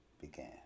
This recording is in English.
began